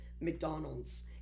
McDonald's